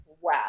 Wow